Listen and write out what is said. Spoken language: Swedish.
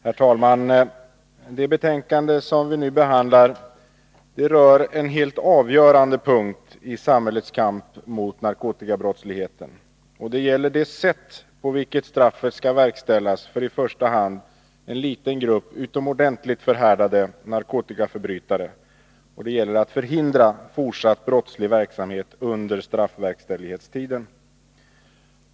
Herr talman! Det betänkande som vi nu behandlar rör en helt avgörande punkt i samhällets kamp mot narkotikabrottsligheten. Det gäller det sätt på vilket straffet skall verkställas för i första hand en liten grupp utomordentligt förhärdade narkotikaförbrytare, och det gäller att förhindra fortsatt brottslig verksamhet under straffverkställighetstiden.